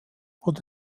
wurde